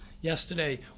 yesterday